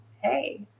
Hey